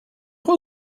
who